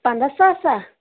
پنٛداہ ساسہ